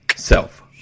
Self